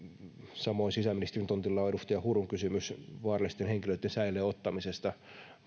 samoin sisäministerin tontilla on edustaja hurun kysymys vaarallisten henkilöitten säilöön ottamisesta